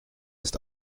ist